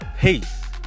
peace